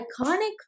iconic